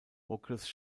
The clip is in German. okres